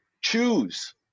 Choose